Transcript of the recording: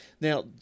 Now